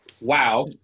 wow